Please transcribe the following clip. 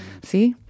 See